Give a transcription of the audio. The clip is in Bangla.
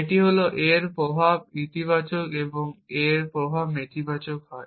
এটি হল a এর প্রভাব ইতিবাচক এবং এটি a এর প্রভাব নেতিবাচক হয়